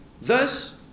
Thus